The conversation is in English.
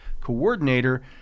coordinator